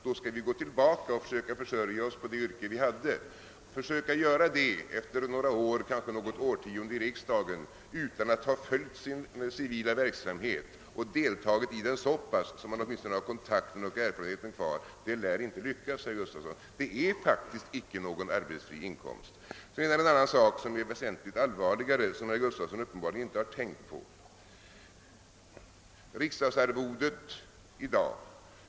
Att då gå tillbaka och försöka försörja sig i det yrke man hade och detta efter några år, kanske något årtionde i riksdagen, utan att ha följt den civila verksamheten och deltagit i den så pass att åtminstone kontakten och erfarenheten finns kvar, lär inte lyckas, herr Gustavsson. Det är faktiskt inte fråga om någon arbetsfri inkomst. En annan och väsentligt allvarligare sak har herr Gustavsson uppenbarligen inte tänkt på, nämligen riksdagsarvodets storlek i förhållande till avstådd lön.